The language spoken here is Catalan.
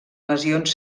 lesions